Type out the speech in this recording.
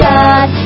God